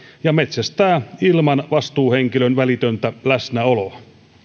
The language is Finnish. ja metsästää ilman vastuuhenkilön välitöntä läsnäoloa